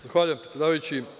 Zahvaljujem, predsedavajući.